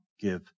Give